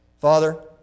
Father